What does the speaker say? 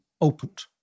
opened